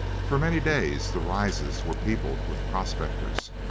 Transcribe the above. for many days the rises were peopled with prospectors,